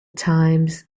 times